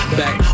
back